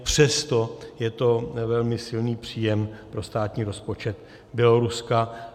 Přesto je to velmi silný příjem pro státní rozpočet Běloruska.